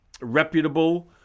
reputable